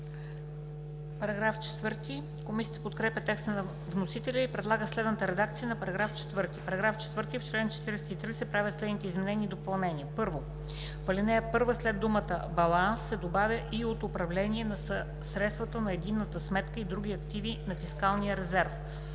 СТОЯНОВА: Комисията подкрепя текста на вносителя и предлага следната редакция на § 4: „§ 4. В чл. 43 се правят следните изменения и допълнения: 1. В ал. 1 след думата „баланс“ се добавя „и от управление на средствата на единната сметка и други активи на фискалния резерв“.